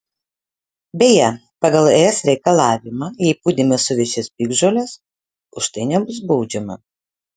beje pagal es reikalavimą jei pūdyme suvešės piktžolės už tai nebus baudžiama